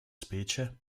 specie